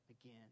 again